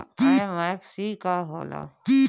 MFC का हो़ला?